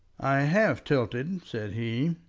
i have tilted, said he,